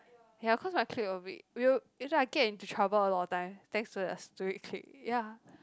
ya cause my clique will be we will usually I get into trouble a lot of time thanks to the stupid clique ya